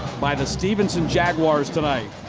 by the stephenson jaguars tonight.